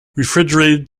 refrigerated